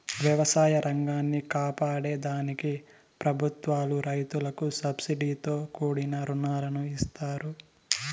వ్యవసాయ రంగాన్ని కాపాడే దానికి ప్రభుత్వాలు రైతులకు సబ్సీడితో కూడిన రుణాలను ఇస్తాయి